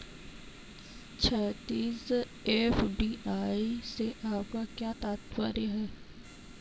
क्षैतिज, एफ.डी.आई से आपका क्या तात्पर्य है?